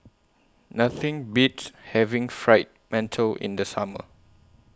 Nothing Beats having Fried mantou in The Summer